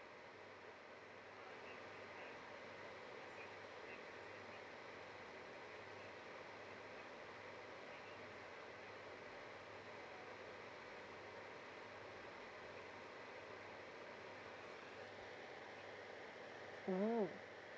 oh